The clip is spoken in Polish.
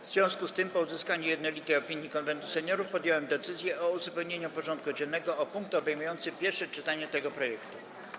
W związku z tym, po uzyskaniu jednolitej opinii Konwentu Seniorów, podjąłem decyzję o uzupełnieniu porządku dziennego o punkt obejmujący pierwsze czytanie tego projektu.